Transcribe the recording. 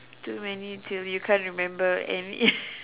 too many till you can't remember any